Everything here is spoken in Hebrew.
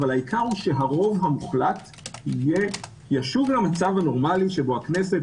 אבל העיקר הוא שהרוב המוחלט יהיה המצב הנורמלי שבו הכנסת,